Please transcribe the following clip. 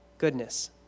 goodness